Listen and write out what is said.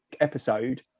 episode